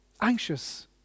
anxious